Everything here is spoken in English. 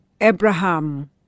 Abraham